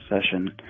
session